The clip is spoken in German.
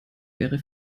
wäre